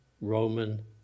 Roman